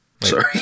Sorry